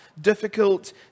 difficult